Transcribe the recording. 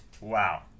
Wow